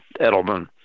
Edelman